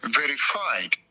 verified